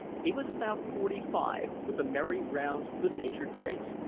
he was about forty-five, with a merry round, good-natured face,